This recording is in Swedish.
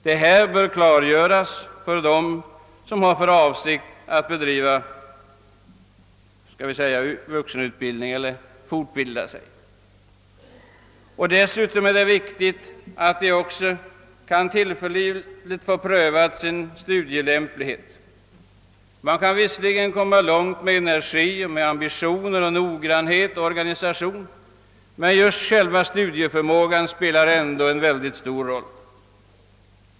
Detta bör klargöras för dem som har för avsikt att bedriva studier i form av vuxenutbildning eller fortbildning. Dessutom är det viktigt att vederbörande kan få sin studielämplighet tillförlitligt prövad. Man kan visserligen komma långt med energi, ambition, noggrannhet och organisation, men just själva studieförmågan spelar ändå en synnerligen stor roll.